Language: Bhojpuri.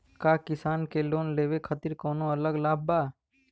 का किसान के लोन लेवे खातिर कौनो अलग लाभ बा?